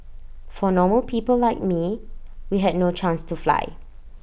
for normal people like me we had no chance to fly